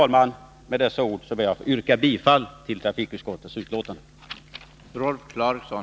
Med dessa ord ber jag att få yrka bifall till utskottets hemställan.